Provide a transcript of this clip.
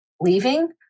Leaving